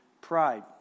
pride